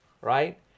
right